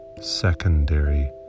secondary